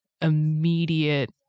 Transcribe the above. immediate